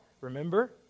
remember